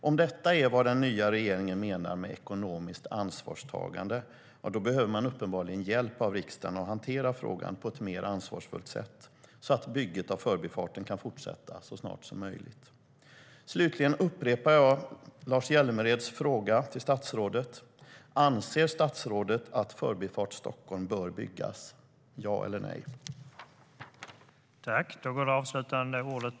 Om det är vad den nya regeringen menar med ekonomiskt ansvarstagande behöver man uppenbarligen hjälp av riksdagen att hantera frågan på ett mer ansvarsfullt sätt så att bygget av Förbifarten kan fortsätta så snart som möjligt.